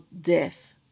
death